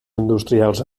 industrials